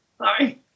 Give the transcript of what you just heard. hi